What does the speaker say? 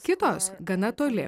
kitos gana toli nuo